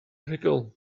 rhugl